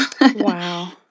Wow